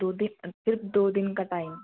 दो दिन सिर्फ दो दिन का टाइम